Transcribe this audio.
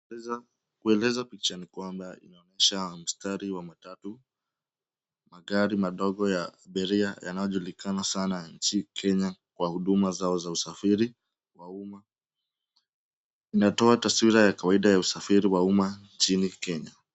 Kuweza kueleza picha ni kwamba inaonyesha mstari wa matatu, magari madogo ya abiria yanayojulikana sana nchini Kenya kwa huduma zao za usafiri wa umma. Inatoa taswira ya kawaida ya usafiri wa umma nchini Kenya.